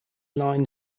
line